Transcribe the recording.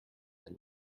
than